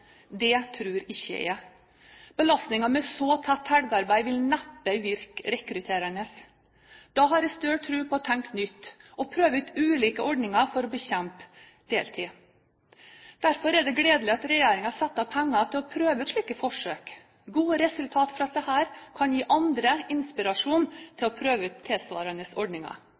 Det tror ikke jeg. Belastningen med så tett helgearbeid vil neppe virke rekrutterende. Da har jeg større tro på å tenke nytt og prøve ut ulike ordninger for å bekjempe deltid. Derfor er det gledelig at regjeringen setter av penger til slike forsøk. Gode resultat fra disse kan gi andre inspirasjon til å prøve ut tilsvarende ordninger.